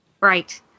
Right